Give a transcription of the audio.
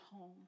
home